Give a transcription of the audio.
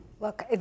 Look